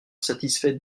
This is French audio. satisfait